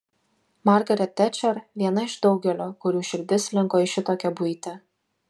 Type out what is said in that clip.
margaret tečer viena iš daugelio kurių širdis linko į šitokią buitį